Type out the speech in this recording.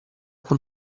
con